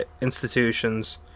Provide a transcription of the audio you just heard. institutions